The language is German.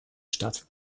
statt